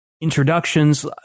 introductions